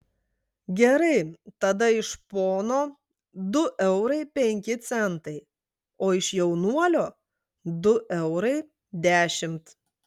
gerai tada iš pono du eurai penki centai o iš jaunuolio du eurai dešimt